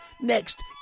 Next